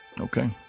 Okay